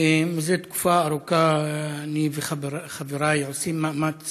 זה תקופה ארוכה אני וחבריי עושים מאמץ